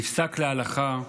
נפסק להלכה: